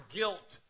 guilt